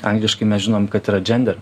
angliškai mes žinom kad yra gender